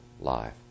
life